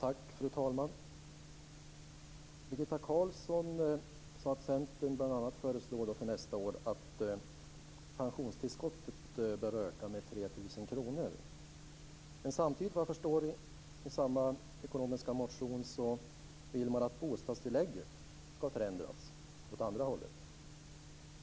Fru talman! Birgitta Carlsson sade att Centern föreslår för nästa år att pensionstillskottet ska öka med 3 000 kr. Samtidigt i samma ekonomiska motion vill man att bostadstillägget ska förändras åt andra hållet.